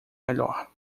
melhor